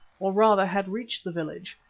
or rather had reached the village,